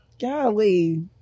Golly